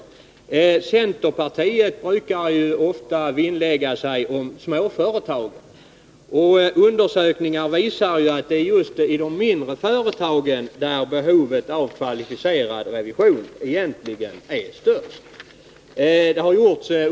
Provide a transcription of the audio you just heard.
Centerpartiet brukar ofta vinnlägga sig om småföretag, och undersökningar visar att det är i de mindre företagen som behovet av kvalificerad revision egentligen är störst.